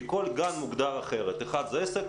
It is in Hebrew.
כי כל גן מוגדר אחרת אחד זה עסק,